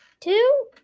Two